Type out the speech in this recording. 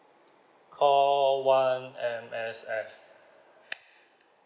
call one M_S_F